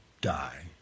die